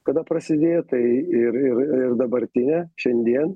kada prasidėjo tai ir ir ir dabartinė šiandien